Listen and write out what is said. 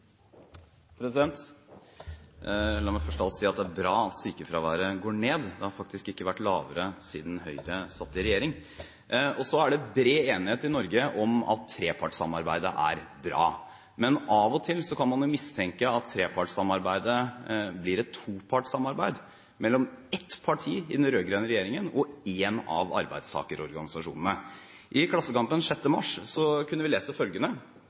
kampen. La meg først av alt si at det er bra at sykefraværet går ned. Det har faktisk ikke vært lavere siden Høyre satt i regjering. Så er det i Norge bred enighet om at trepartssamarbeidet er bra. Men av og til kan man jo mistenke at trepartssamarbeidet blir et topartssamarbeid mellom ett parti i den rød-grønne regjeringen og én av arbeidstakerorganisasjonene. I Klassekampen 6. mars kunne vi lese følgende: